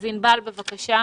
בבקשה,